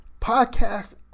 Podcast